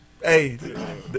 Hey